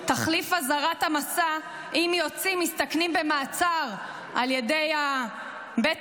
תחליף אזהרת המסע: "אם יוצאים מסתכנים במעצר על ידי בית